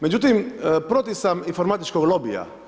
Međutim, protiv sam informatičkog lobija.